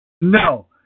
No